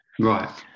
Right